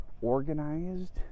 organized